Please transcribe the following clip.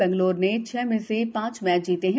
बैंगलौर ने छह में से पांच मैच जीते हैं